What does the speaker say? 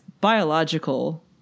biological